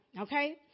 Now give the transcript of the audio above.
Okay